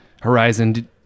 Horizon